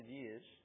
years